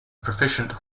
proficient